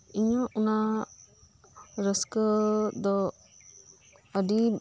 ᱤᱧᱟᱹᱜ ᱚᱱᱟ ᱨᱟᱹᱥᱠᱟᱹ ᱫᱚ ᱟᱹᱰᱤ